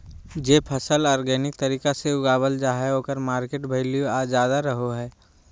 जे फसल ऑर्गेनिक तरीका से उगावल जा हइ ओकर मार्केट वैल्यूआ ज्यादा रहो हइ